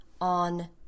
on